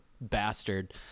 bastard